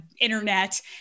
internet